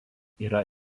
yra